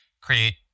create